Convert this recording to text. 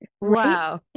Wow